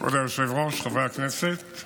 כבוד היושב-ראש, חברי הכנסת,